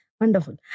Wonderful